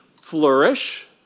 flourish